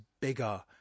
bigger